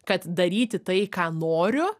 kad daryti tai ką noriu